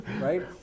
right